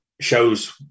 shows